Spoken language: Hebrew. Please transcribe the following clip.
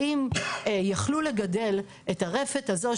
האם יכלו לגדל את הרפת הזו,